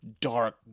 dark